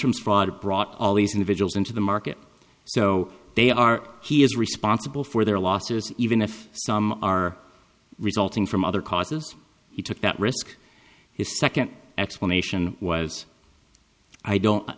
lunchrooms fraud brought all these individuals into the market so they are he is responsible for their losses even if some are resulting from other causes he took that risk his second explanation was i don't